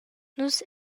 nus